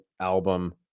album